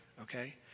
okay